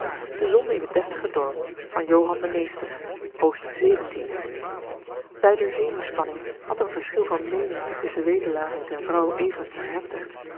de zonde in het deftige dorp zeventiende hoofdstuk beider zenuwspanning had een verschil van meening tusschen wedelaar en zijn vrouw